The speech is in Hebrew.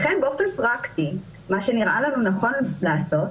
לכן, באופן פרקטי, מה שנראה לנו נכון לעשות